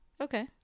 okay